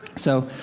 so,